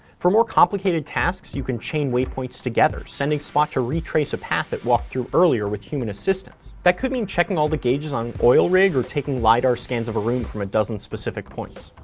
for more complicated tasks, you can chain waypoints together, sending spot to retrace a path it walked through earlier with human assistance. that could mean checking all the gauges on an oil rig, or taking lidar scans of a room from a dozen specific points.